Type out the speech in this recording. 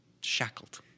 shackled